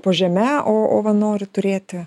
po žeme o o va nori turėti